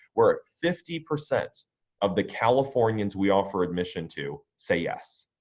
we're at fifty percent of the californians we offer admission to say yes.